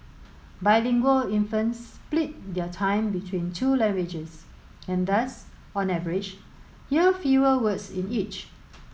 bilingual infants split their time between two languages and thus on average hear fewer words in each